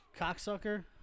cocksucker